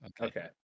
Okay